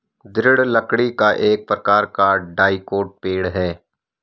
दृढ़ लकड़ी एक प्रकार का डाइकोट पेड़ है